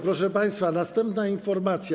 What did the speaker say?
Proszę państwa, następna informacja.